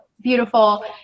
beautiful